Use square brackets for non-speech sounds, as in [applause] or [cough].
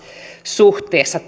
suhteessa [unintelligible]